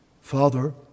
Father